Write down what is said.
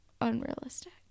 Unrealistic